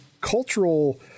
cultural